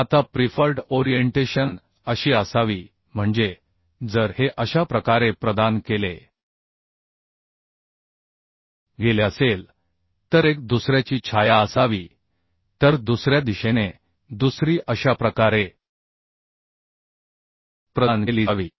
आता preferred orientation अशी असावी म्हणजे जर हे अशा प्रकारे प्रदान केले गेले असेल तर एक दुसऱ्याची छाया असावी तर दुसऱ्या दिशेने दुसरी अशा प्रकारे प्रदान केली जावी